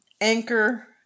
anchor